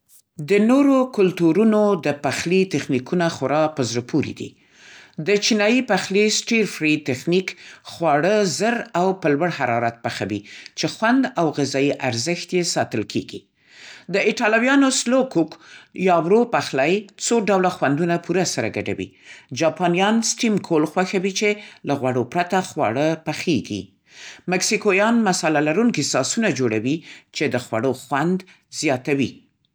د نورو کلتورونو د پخلي تخنیکونه خورا په زړه پورې دي. د چینایي پخلي “سټیر فری” تخنیک خواړه زر او په لوړ حرارت پخوي، چې خوند او غذایي ارزښت یې ساتل کېږي. د ایټالويانو “سلو کوک” یا ورو پخلی، څو ډوله خوندونه پوره سره ګډوي. جاپانیان “سټیم کول” خوښوي، چې له غوړو پرته خواړه پخېږي. مکسیکویان مصالحه‌لرونکې ساسونه جوړوي، چې د خوړو خوند زیاتوي.